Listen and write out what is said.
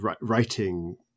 writing